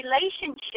relationship